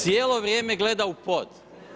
Cijelo vrijeme gleda u pod.